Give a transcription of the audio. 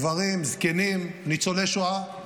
גברים, זקנים, ניצולי שואה.